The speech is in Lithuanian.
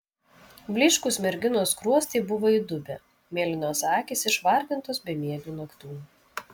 blyškūs merginos skruostai buvo įdubę mėlynos akys išvargintos bemiegių naktų